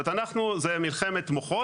זה מלחמת מוחות.